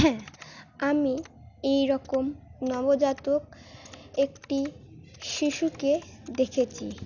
হ্যাঁ আমি এই রকম নবজাতক একটি শিশুকে দেখেছি